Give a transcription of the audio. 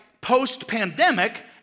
post-pandemic